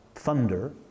thunder